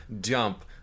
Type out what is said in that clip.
jump